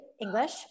English